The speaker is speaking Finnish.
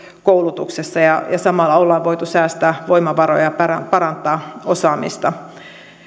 koulutuksessa ja samalla on voitu säästää voimavaroja ja parantaa osaamista